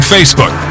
Facebook